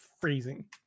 freezing